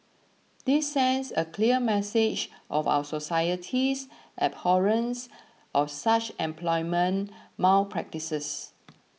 this sends a clear message of our society's abhorrence of such employment malpractices